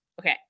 Okay